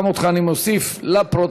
גם אותך אני מוסיף לפרוטוקול.